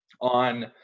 on –